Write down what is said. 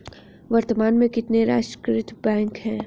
वर्तमान में कितने राष्ट्रीयकृत बैंक है?